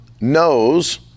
knows